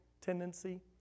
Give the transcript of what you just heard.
tendency